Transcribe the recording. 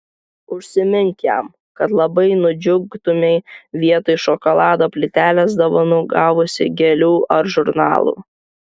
užsimink jam kad labai nudžiugtumei vietoj šokolado plytelės dovanų gavusi gėlių ar žurnalų